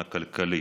הכלכלי,